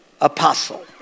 apostle